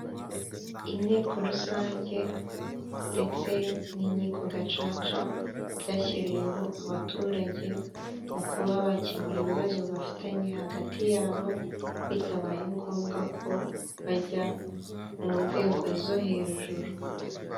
Inteko rusange ndetse n'inkiko gacaca byashyiriweho abaturage mu kuba bakemura ibibazo bafitanye hagati yabo, bitabaye ngombwa ko bajya mu nzego zo hejuru.